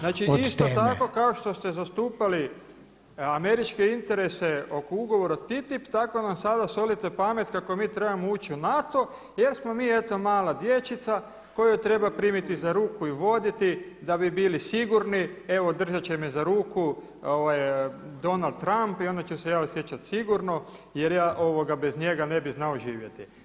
Znači isto tako kao što ste zastupali američke interese oko ugovora TTIP tako nam sada solite pamet kako mi trebamo ući u NATO jer smo mi eto mala dječica koju treba primiti za ruku i voditi da bi bili sigurni evo držat će me za ruku Donald Trump i onda ću se ja osjećati sigurno jer ja bez njega ne bi znao živjeti.